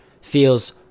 feels